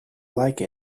like